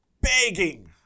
begging